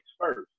first